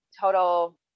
total